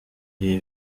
ibi